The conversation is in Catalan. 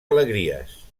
alegries